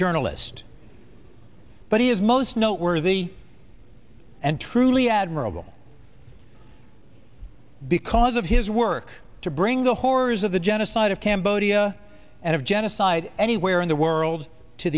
journalist but he is most noteworthy and truly admirable because of his work to bring the horrors of the genocide of cambodia and of genocide anywhere in the world to